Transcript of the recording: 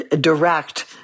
direct